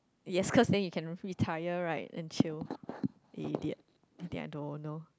yes cause then you can free tire right and chill idiot you think I don't know